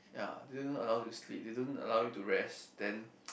ya they don't allow you to sleep they don't allow you to rest then